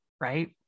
right